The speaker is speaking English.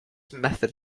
method